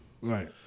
Right